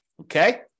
Okay